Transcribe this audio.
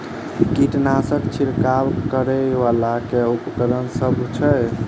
कीटनासक छिरकाब करै वला केँ उपकरण सब छै?